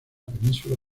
península